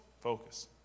focus